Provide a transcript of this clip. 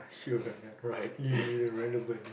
right